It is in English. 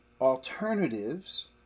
alternatives